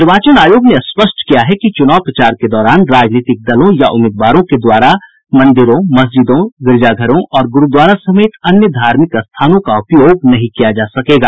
निर्वाचन आयोग ने स्पष्ट किया है कि चुनाव प्रचार के दौरान राजनीतिक दलों या उम्मीदवारों के द्वारा मंदिरों मस्जिदों गिरजाघरों और गुरूद्वारा समेत अन्य धार्मिक स्थानों का उपयोग नहीं किया जा सकेगा